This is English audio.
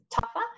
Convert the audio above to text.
tougher